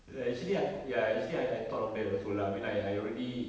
ya actually aku actually I I thought of that also lah I mean I I already